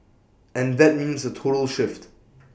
and that means A total shift